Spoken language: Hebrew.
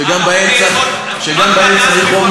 שגם בהם צריך,